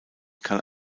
kann